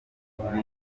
bazazana